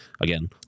again